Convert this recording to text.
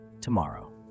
tomorrow